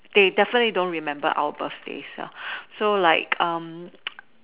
they definitely don't remember our birthdays ah so like um